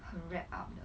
很 wrapped up 的